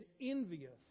envious